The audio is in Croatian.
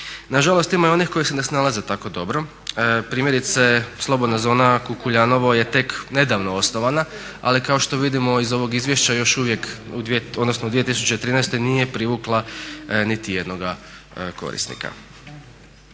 Nažalost ima i onih koji se ne snalaze tako dobro. Primjerice slobodna zona Kukuljanovo je tek nedavno osnovana ali kao što vidimo iz ovog izvješća još uvijek odnosno u 2013. nije privukla nitijednog korisnika.